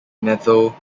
meadow